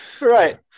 Right